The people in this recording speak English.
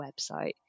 website